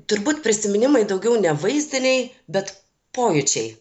turbūt prisiminimai daugiau ne vaizdiniai bet pojūčiai